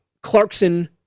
Clarkson